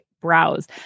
browse